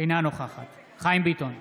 אינה נוכחת חיים ביטון,